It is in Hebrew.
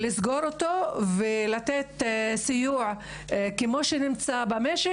לסגור אותו, ולתת סיוע כמו שנמצא במשק.